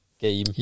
game